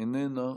איננה,